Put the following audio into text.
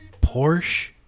Porsche